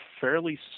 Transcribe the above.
fairly